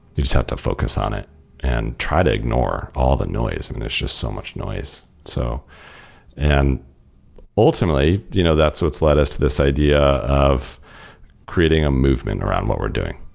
you just have to focus on it and try to ignore all the noise, and there's just so much noise. so and ultimately, you know that's what's led us to this idea of creating a movement around what we're doing.